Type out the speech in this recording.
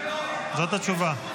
זאת התשובה.